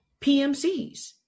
PMCs